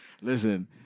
listen